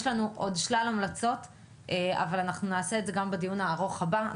יש לנו עוד שלל המלצות אבל אנחנו ניתן אותן בדיון הארוך הבא.